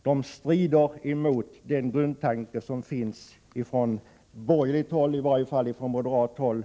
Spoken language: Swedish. De strider mot den grundtanke som finns på borgerligt håll, i varje fall på moderat håll.